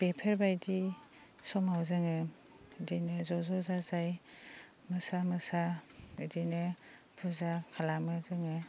बेफोरबायदि समाव जोङो बिदिनो ज' ज' जाजाय मोसा मोसा बिदिनो फुजा खालामो जोङो